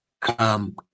come